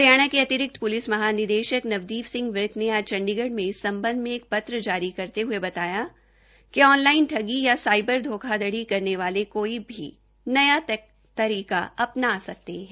हरियाणा के अतिरिक्त पुलिस महानिदेशक नवदीप सिंह विर्क ने आज चण्डीगढ़ में इस संबंध में एक पत्र जारी करते हुए बताया कि ऑनलाइन ठगी या साइबर धोखाधड़ी करने वाले कोई भी नया तरीका अपना सकते हैं